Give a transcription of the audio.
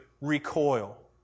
recoil